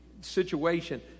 situation